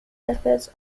methods